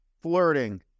flirting